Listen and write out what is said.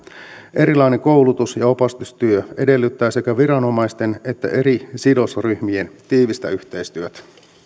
erilainen koulutus ja opastustyö edellyttää sekä viranomaisten että eri sidosryhmien tiivistä yhteistyötä